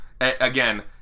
again